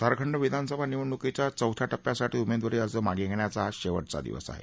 झारखंड विधानसभा निवडणुकीच्या चौथ्या टप्प्यासाठी उमेदवारी अर्ज मागे घेण्याचा आज शेवटचा दिवस आहे